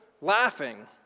laughing